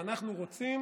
ואנחנו רוצים